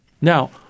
Now